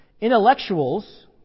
intellectuals